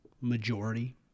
majority